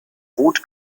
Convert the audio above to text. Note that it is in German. wut